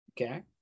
okay